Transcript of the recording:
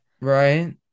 right